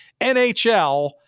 nhl